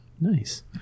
nice